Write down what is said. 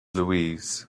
louise